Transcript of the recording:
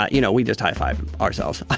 ah you know, we just high fived, ourselves.